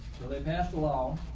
so they passed the law